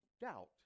doubt